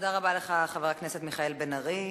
תודה רבה לך, חבר הכנסת מיכאל בן ארי.